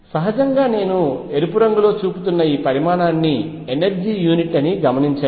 సహజంగా నేను ఎరుపు రంగులో చూపుతున్న ఈ పరిమాణాన్ని ఎనర్జీ యూనిట్ అని గమనించండి